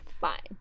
Fine